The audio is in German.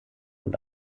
und